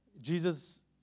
Jesus